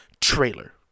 trailer